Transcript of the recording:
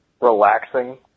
relaxing